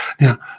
Now